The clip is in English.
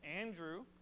Andrew